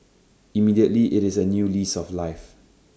immediately IT is A new lease of life